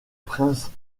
prince